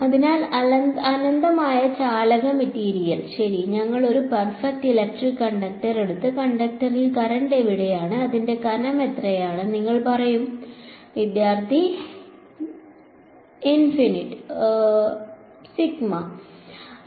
അതിനാൽ അനന്തമായ ചാലക മെറ്റീരിയൽ ശരി ഞങ്ങൾ ഒരു പെർഫെക്റ്റ് ഇലക്ട്രിക് കണ്ടക്ടർ എടുത്ത് കണ്ടക്ടറിൽ കറന്റ് എവിടെയാണ് അതിന്റെ കനം എത്രയാണ് നിങ്ങൾ എന്ത് പറയും